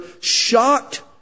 shocked